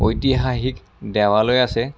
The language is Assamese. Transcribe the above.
ঐতিহাসিক দেৱালয় আছে